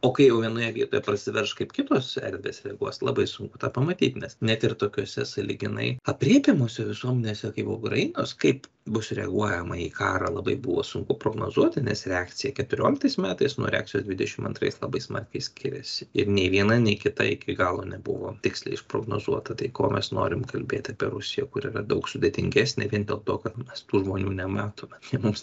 o kai jau vienoje vietoje prasiverš kaip kitos erdvės reaguos labai sunku tą pamatyti nes net ir tokiose sąlyginai aprėpiamose visuomenėse kaip ukrainos kaip bus reaguojama į karą labai buvo sunku prognozuoti nes reakcija keturioliktais metais nuo reakcijos dvidešim antrais labai smarkiai skiriasi ir nei viena nei kita iki galo nebuvo tiksliai išprognozuota tai ko mes norim kalbėt apie rusiją kuri yra daug sudėtingesnė vien dėl to kad mes tų žmonių nematome tai mums